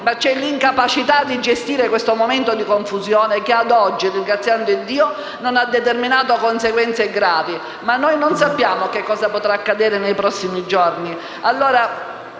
ma c'è l'incapacità di gestire questo momento di confusione che, ad oggi - ringraziando Iddio - non ha determinato conseguenze gravi; ma non sappiamo che cosa potrà accadere nei prossimi giorni.